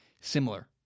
similar